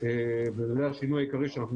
והתייחסנו